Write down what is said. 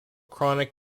chronic